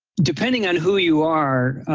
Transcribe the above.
depending on who you are,